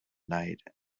night